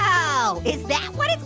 oh, is that what it's